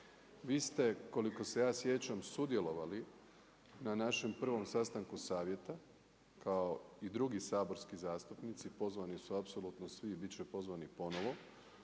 Vi ste koliko se ja sjećam sudjelovali na našem prvom sastanku savjeta kao i drugi saborski zastupnici, pozvani su apsolutno svi i biti će pozvani ponovno.